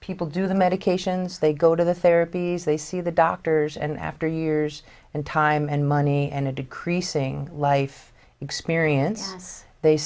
people do the medications they go to the therapies they see the doctors and after years and time and money and a decreasing life experience they